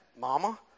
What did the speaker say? mama